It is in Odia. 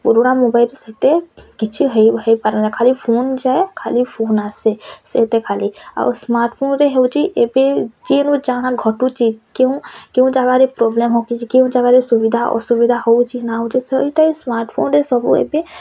ପୁରୁଣା ମୋବାଇଲ୍ ସେତେ କିଛି ହେଇ ହେଇପାରେନା ଖାଲି ଫୋନ୍ ଯାଏ ଖାଲି ଫୋନ୍ ଆସେ ସେଇଟା ଖାଲି ଆଉ ସ୍ମାର୍ଟଫୋନ୍ ରେ ହେଉଛି ଏବେ ଯେନ ଯାଣା ଘଟୁଛି କେଉଁ କେଉଁ ଜାଗାରେ ପ୍ରୋବ୍ଲେମ୍ ହେଉଛି କେଉଁ ଜାଗାରେ ସୁବିଧା ଅସୁବିଧା ହେଉଛି ନ ହେଉଛି ସେଇଟା ଇ ସ୍ମାର୍ଟଫୋନ୍ ରେ ଏବେ